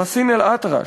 חסין אלאטרש,